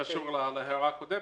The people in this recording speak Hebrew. הקשורה להערה הקודמת,